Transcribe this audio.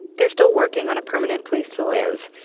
they're still working on a permanent place to live.